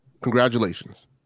congratulations